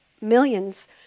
millions